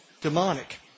demonic